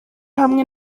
hamwe